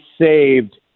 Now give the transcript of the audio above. saved